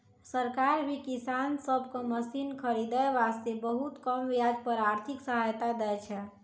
सरकार भी किसान सब कॅ मशीन खरीदै वास्तॅ बहुत कम ब्याज पर आर्थिक सहायता दै छै